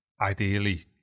ideally